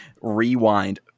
rewind